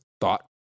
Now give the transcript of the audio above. thought